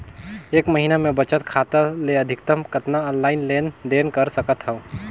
एक महीना मे बचत खाता ले अधिकतम कतना ऑनलाइन लेन देन कर सकत हव?